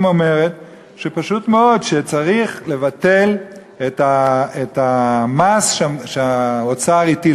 אומרת פשוט מאוד שצריך לבטל את המס שהאוצר הטיל.